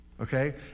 okay